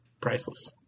priceless